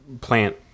plant